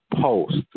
post